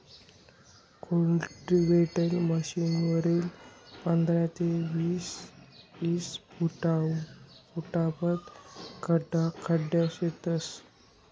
cultivator मशीनवरी पंधरा ते ईस फुटपावत खड्डा खणता येस